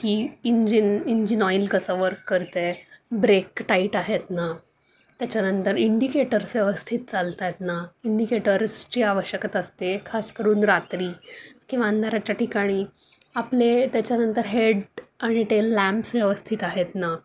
की engine engine oil कसं work करतं आहे ब्रेक टाईट आहेत ना त्याच्यानंतर इंडिकेटर्स व्यवस्थित चालत आहेत ना इंडिकेटर्सची आवश्यक असते खासकरून रात्री किंवा अंदाराच्या ठिकाणी आपले त्याच्यानंतर हेड आणि टेल लॅम्प्स व्यवस्थित आहेत ना